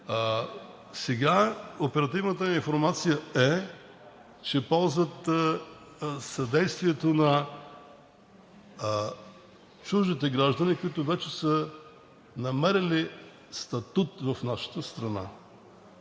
Сега оперативната информация е, че ползват съдействието на чуждите граждани, които вече са намерили статут в нашата страна,